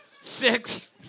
six